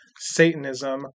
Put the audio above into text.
Satanism